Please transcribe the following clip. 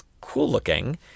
cool-looking